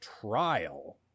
Trial